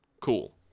Cool